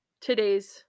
today's